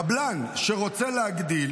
קבלן שרוצה להגדיל,